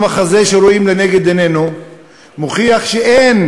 המחזה שרואים לנגד עינינו מוכיח שאין